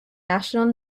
national